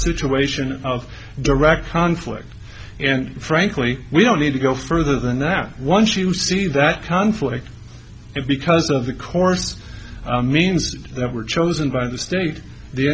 situation of direct conflict and frankly we don't need to go further than that once you see that conflict because of the course means that were chosen by the state the